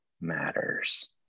matters